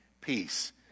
peace